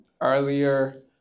Earlier